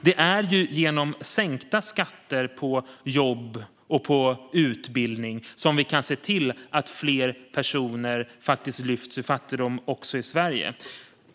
Det är ju genom sänkta skatter på jobb och på utbildning som vi kan se till att fler personer lyfts ur fattigdom också i Sverige.